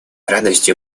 радостью